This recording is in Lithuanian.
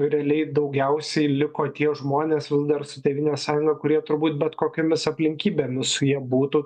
realiai daugiausiai liko tie žmonės vis dar su tėvynės sąjunga kurie turbūt bet kokiomis aplinkybėmis su ja būtų